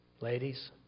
Ladies